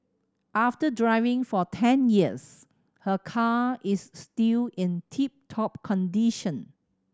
after driving for ten years her car is still in tip top condition